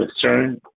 concern